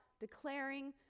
declaring